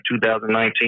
2019